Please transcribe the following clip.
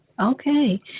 okay